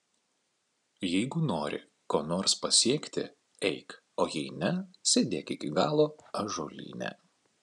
jeigu nori ko nors pasiekti eik o jei ne sėdėk iki galo ąžuolyne